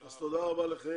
אז תודה רבה לכם,